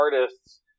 artists